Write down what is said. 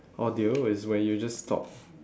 audio is when you just talk